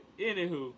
anywho